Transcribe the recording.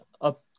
up